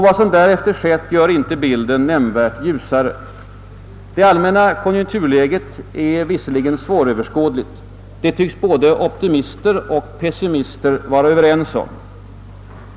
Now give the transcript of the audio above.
Vad som därefter skett gör inte bilden nämnvärt ljusare. Det allmänna konjunkturläget är svåröverskådligt — det tycks både optimister och pessimister vara överens om.